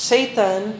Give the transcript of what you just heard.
Satan